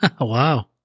Wow